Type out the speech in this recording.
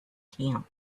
camp